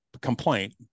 complaint